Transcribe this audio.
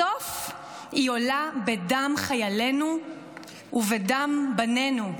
בסוף היא עולה בדם חיילינו ובדם בנינו.